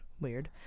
Weird